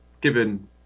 given